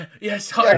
yes